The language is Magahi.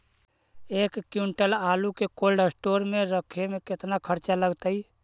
एक क्विंटल आलू के कोल्ड अस्टोर मे रखे मे केतना खरचा लगतइ?